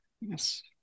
Yes